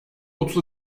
otuz